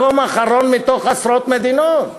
מקום אחרון מתוך עשרות מדינות,